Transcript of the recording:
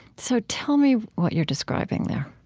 so tell me what you're describing there